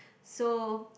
so